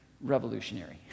revolutionary